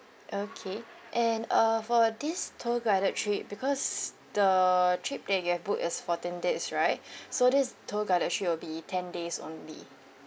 okay and uh for this tour guided trip because the trip that you have booked is fourteen days right so this tour guided trip will be ten days only